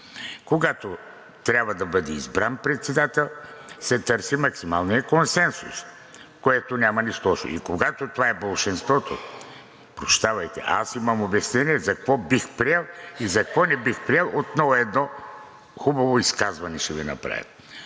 Когато трябва да бъде избран председател, се търси максималният консенсус, в което няма нищо лошо. Когато това е болшинството, прощавайте, но аз имам обяснение за какво бих приел и за какво не бих приел – отново едно хубаво изказване ще Ви направя.